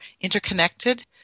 interconnected